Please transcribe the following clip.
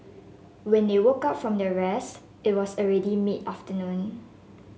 when they woke up from their rest it was already mid afternoon